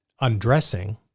undressing